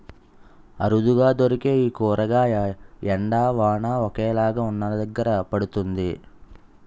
అరుదుగా దొరికే ఈ కూరగాయ ఎండ, వాన ఒకేలాగా వున్నదగ్గర పండుతుంది